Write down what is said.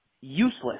useless